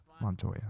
Montoya